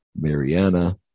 Mariana